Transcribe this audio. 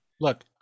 look